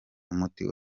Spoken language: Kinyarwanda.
umuti